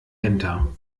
enter